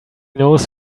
knows